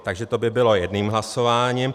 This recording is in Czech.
Takže to by bylo jedním hlasováním.